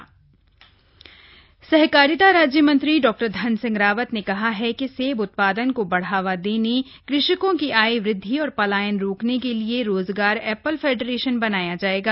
Apple federation सहकारिता राज्य मंत्री डॉ धन रावत ने कहा है कि सेब उत्पादन को बढ़ावा देने कृषकों की आय वृद्धि और पलायन रोकने के लिए रोजगर एप्पल फेडरेशन बनाया जायेगा